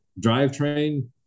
drivetrain